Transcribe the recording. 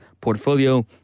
portfolio